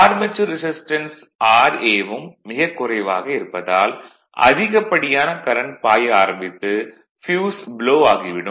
armature resistance ra வும் மிகக் குறைவாக இருப்பதால் அதிகப்படியான கரண்ட் பாய ஆரம்பித்து ஃப்யூஸ் ப்ளோ ஆகி விடும்